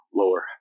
lower